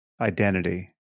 identity